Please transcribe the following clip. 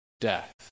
death